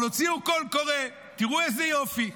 אבל הוציאו קול קורא, תראו איזה יופי,